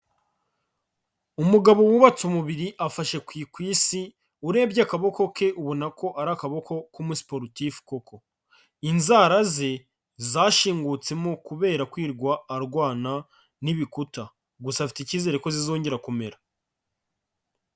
Umugabo wubatse umubiri afashe ku ikwisi, urebye akaboko ke ubona ko ari akaboko k'umusiporutifu koko, inzara ze zashingutsemo kubera kwirirwa arwana n'ibikuta, gusa afite ikizere ko zizongera kumera.